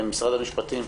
משרד המשפטים,